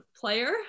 player